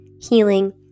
healing